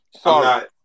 Sorry